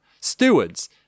stewards